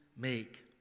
make